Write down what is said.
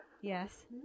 Yes